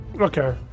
Okay